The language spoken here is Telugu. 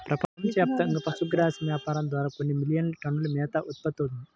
ప్రపంచవ్యాప్తంగా పశుగ్రాసం వ్యాపారం ద్వారా కొన్ని మిలియన్ టన్నుల మేత ఉత్పత్తవుతుంది